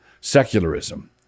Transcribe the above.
Secularism